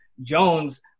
Jones